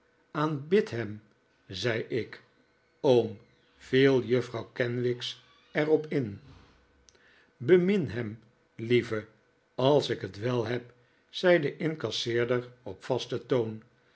aanbid hem zei ik oom viel juffrouw kenwigs er op in bemin hem lieve als ik t wel heb zei de incasseerder op vasten toon